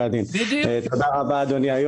תודה רבה, אדוני